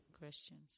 questions